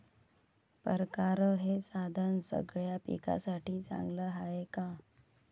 परकारं हे साधन सगळ्या पिकासाठी चांगलं हाये का?